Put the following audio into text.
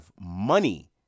money